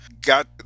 got